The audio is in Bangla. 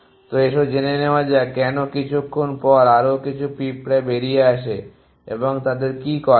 তো এসো জেনে নেওয়া যাক কেন কিছুক্ষণ পর আরও কিছু পিঁপড়া বেরিয়ে আসে এবং তাদের কী করা যায়